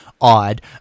odd